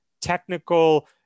technical